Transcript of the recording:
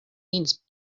needs